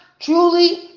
truly